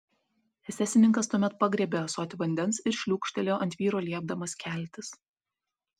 esesininkas tuomet pagriebė ąsotį vandens ir šliūkštelėjo ant vyro liepdamas keltis